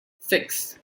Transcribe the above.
six